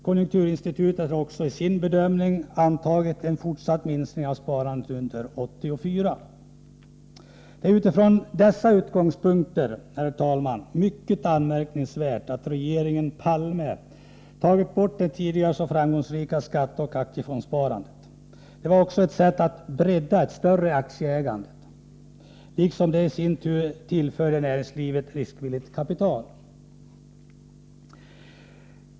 Konjunkturinstitutet har också i sin bedömning antagit en fortsatt minskning av sparandet under 1984. Det är utifrån dessa utgångspunkter, herr talman, mycket anmärkningsvärt att regeringen Palme tagit bort det tidigare så framgångsrika skatteoch aktiefondssparandet. Det var också ett sätt att bredda aktieägandet. Det resulterade i sin tur i att näringslivet tillfördes riskvilligt kapital.